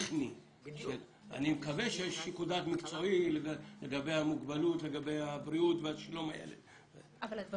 אני לא אומר את זה בשביל מטלות נוספות --- זה לא מה שעלה מהטענה שלה.